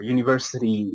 University